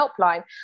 Helpline